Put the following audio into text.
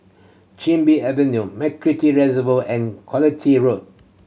Chin Bee Avenue MacRitchie Reservoir and Quality Road